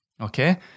Okay